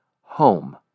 home